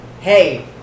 hey